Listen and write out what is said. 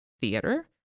theater